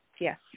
Yes